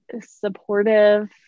supportive